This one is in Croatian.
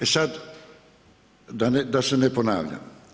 E sad, da se ne ponavljam.